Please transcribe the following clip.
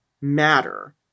matter